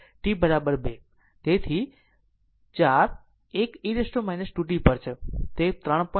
So 4 1 e t 2 t પર છે તે 3